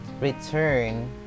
return